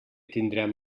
tindrem